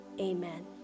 Amen